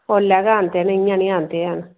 उसलै गै आंदे ने इयां नि आंदे हैन